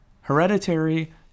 Hereditary